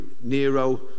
Nero